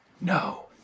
No